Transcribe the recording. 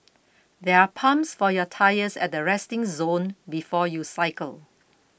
there are pumps for your tyres at the resting zone before you cycle